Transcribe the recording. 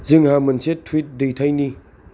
जोंहा मोनसे टुइट दैथायनि